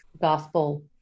gospel